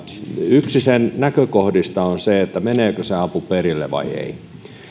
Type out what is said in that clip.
yksi sen näkökohdista on se meneekö se apu perille vai ei